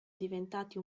diventati